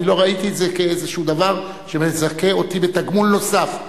אני לא ראיתי את זה כאיזשהו דבר שמזכה אותי בתגמול נוסף.